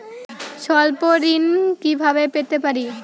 স্বল্প ঋণ কিভাবে পেতে পারি?